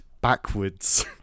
backwards